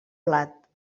blat